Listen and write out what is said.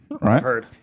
right